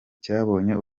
cyabonye